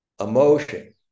emotion